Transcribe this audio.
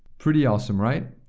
pretty awesome right?